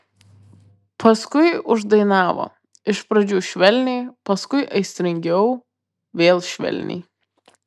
paskui uždainavo iš pradžių švelniai paskui aistringiau vėl švelniai